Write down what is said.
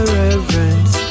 reverence